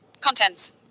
Contents